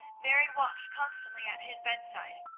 mary watched constantly at his bedside.